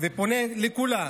ופונה לכולם: